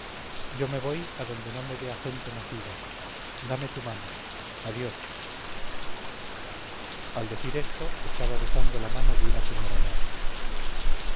yo me voy a donde no me vea gente nacida dame tu mano adiós al decir esto estaba besando la mano de una señora monja